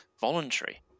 voluntary